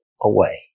away